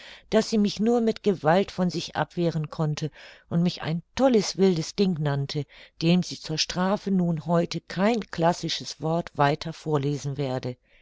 daß sie mich nur mit gewalt von sich abwehren konnte und mich ein tolles wildes ding nannte dem sie zur strafe nun heute kein klassisches wort weiter vorlesen werde